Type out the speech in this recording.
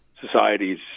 societies